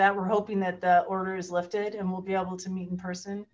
that we're hoping that the order is lifted and we'll be able to meet in person